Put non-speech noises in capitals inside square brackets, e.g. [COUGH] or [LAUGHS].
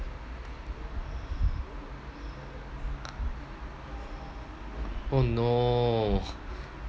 [NOISE] oh no [LAUGHS]